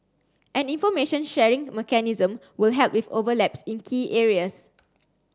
an information sharing mechanism will help with overlaps in key areas